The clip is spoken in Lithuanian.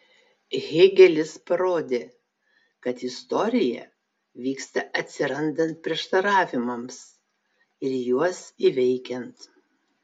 hėgelis parodė kad istorija vyksta atsirandant prieštaravimams ir juos įveikiant